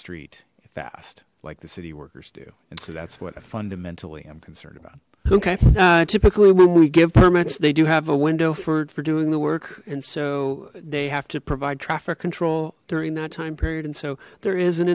street fast like the city workers do and so that's what fundamentally i'm concerned about okay typically when we give permits they do have a window fir'd for doing the work and so they have to provide traffic control during that time period and so there is an